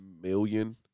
million